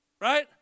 Right